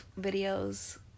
videos